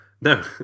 No